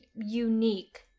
unique